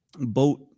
boat